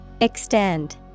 Extend